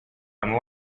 and